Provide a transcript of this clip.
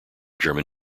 german